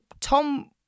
Tom